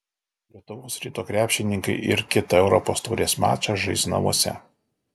lietuvos ryto krepšininkai ir kitą europos taurės mačą žais namuose